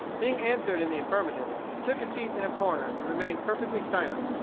being answered in the affirmative, he took a seat in a corner and remained perfectly silent,